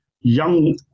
young